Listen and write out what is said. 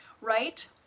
right